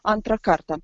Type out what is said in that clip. antrą kartą